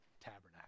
tabernacle